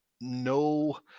no